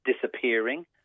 disappearing